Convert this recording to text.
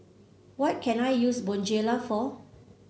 what can I use Bonjela for